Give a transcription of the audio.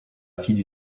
fille